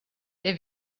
der